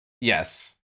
Yes